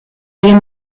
egin